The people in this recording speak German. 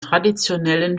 traditionellen